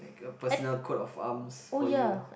a personal code of arms for you